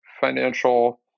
Financial